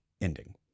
ending